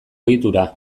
egitura